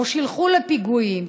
או שילחו לפיגועים,